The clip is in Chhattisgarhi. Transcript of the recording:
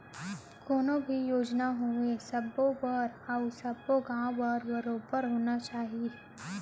कोनो भी योजना होवय सबो बर अउ सब्बो गॉंव बर बरोबर होना चाही